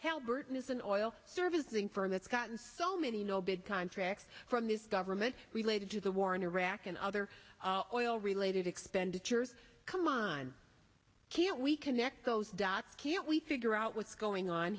held burton is an oil servicing firm that's gotten so many no bid contracts from this government related to the war in iraq and other oil related expenditures come on can't we connect those dots can't we figure out what's going on